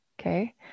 Okay